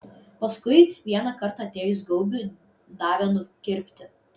paskui vieną kartą atėjus gaubiui davė nukirpti